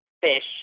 fish